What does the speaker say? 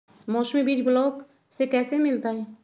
मौसमी बीज ब्लॉक से कैसे मिलताई?